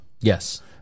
Yes